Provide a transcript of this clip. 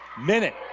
minute